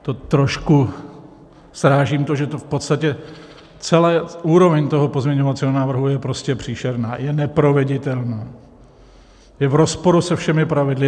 To trošku srážím to, že v podstatě celá úroveň toho pozměňovacího návrhu je prostě příšerná, je neproveditelná, je v rozporu se všemi pravidly.